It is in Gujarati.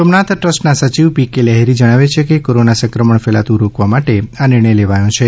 સોમનાથ ટ્રસ્ટના સચિવ પી કે લહેરી જણાવે છે કે કોરોના સંક્રમણ ફેલાતું રોકવા માટે આ નિર્ણય લેવાયો છે